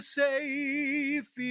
safe